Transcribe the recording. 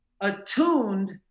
attuned